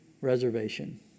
reservation